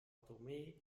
tomé